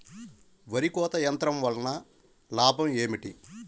వరి కోత యంత్రం వలన లాభం ఏమిటి?